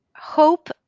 hope